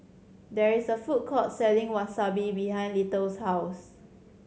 there is a food court selling Wasabi behind Little's house